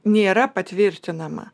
nėra patvirtinama